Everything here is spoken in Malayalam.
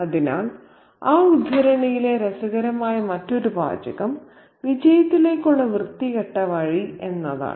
അതിനാൽ ആ ഉദ്ധരണിയിലെ രസകരമായ മറ്റൊരു വാചകം വിജയത്തിലേക്കുള്ള വൃത്തികെട്ട വഴി എന്നതാണ്